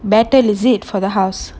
better is it for the house